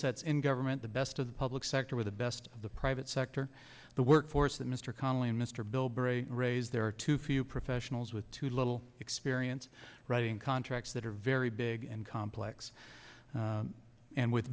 sets in government the best of the public sector with the best of the private sector the workforce that mr connelly and mr bilbray raised there are too few professionals with too little experience writing contracts that are very big and complex and with